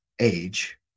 age